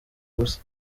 ubusa